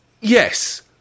Yes